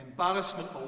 Embarrassment